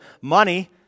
money